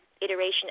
iteration